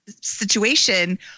situation